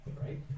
Right